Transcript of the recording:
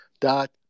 dot